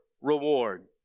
reward